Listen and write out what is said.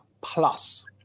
plus